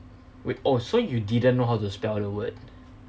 wait oh so you didn't know how to spell the word